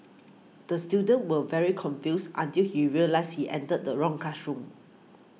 the student was very confused until he realised he entered the wrong classroom